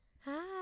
Hi